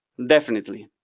definitely.